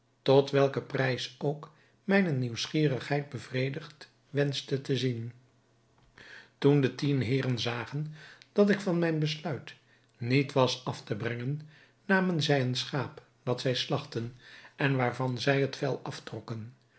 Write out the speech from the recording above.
tot welken prijs ook mijne nieuwsgierigheid bevredigd wenschte te zien toen de tien heeren zagen dat ik van mijn besluit niet was af te brengen namen zij een schaap dat zij slagtten en waarvan zij het vel aftrokken